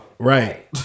Right